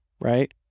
right